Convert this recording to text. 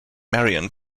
marion